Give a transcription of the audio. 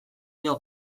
dio